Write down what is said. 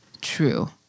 true